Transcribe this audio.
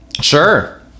Sure